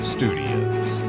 Studios